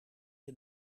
het